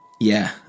Yeah